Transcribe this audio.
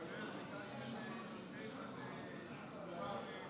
כולל זריקת אבנים של יהודים על כלי רכב צבאיים?